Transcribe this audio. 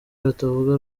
batavuga